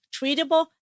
treatable